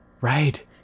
Right